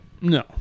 No